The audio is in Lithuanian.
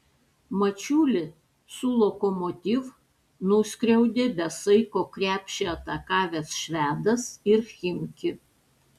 mačiulį su lokomotiv nuskriaudė be saiko krepšį atakavęs švedas ir chimki